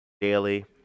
daily